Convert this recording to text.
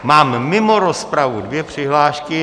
Mám mimo rozpravu dvě přihlášky.